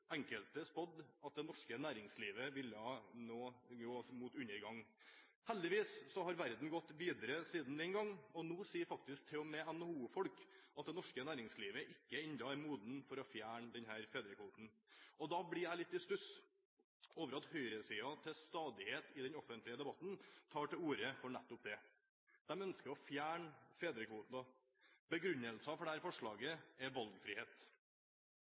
enkelte spådde at det norske næringslivet ville gå mot undergang. Heldigvis har verden gått videre siden den gang, og nå sier faktisk til og med NHO-folk at det norske næringslivet ikke ennå er modent for å fjerne denne fedrekvoten. Da blir jeg litt i stuss over at høyresiden til stadighet i den offentlige debatten tar til orde for nettopp det. De ønsker å fjerne fedrekvoten. Begrunnelsen for dette forslaget er valgfrihet.